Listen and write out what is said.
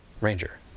ranger